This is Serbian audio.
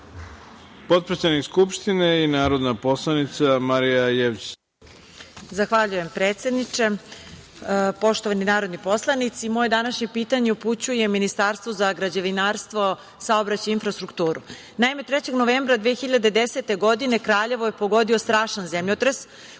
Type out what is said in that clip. Hvala. Potpredsednik Skupštine i narodna poslanica, Marija Jevđić. **Marija Jevđić** Zahvaljujem, predsedniče. Poštovani narodni poslanici, moje današnje pitanje upućujem Ministarstvu za građevinarstvo, saobraćaj i infrastrukturu. Naime, 3. novembra 2010. godine Kraljevo je pogodio strašan zemljotres.